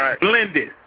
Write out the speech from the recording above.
blended